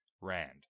Rand